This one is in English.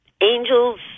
angels